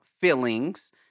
feelings